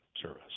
service